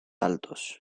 altos